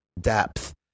depth